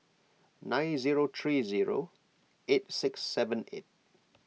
nine zero three zero eight six seven eight